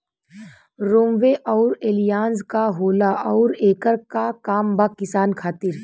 रोम्वे आउर एलियान्ज का होला आउरएकर का काम बा किसान खातिर?